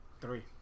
Three